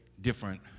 different